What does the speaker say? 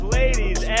ladies